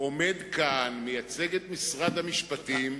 עומד כאן, מייצג את משרד המשפטים,